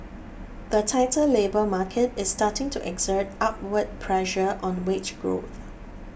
the tighter labour market is starting to exert upward pressure on wage growth